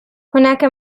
هناك